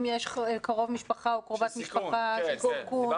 אם יש קרוב משפחה או קרובת משפחה שהיא בסיכון.